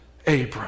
Abram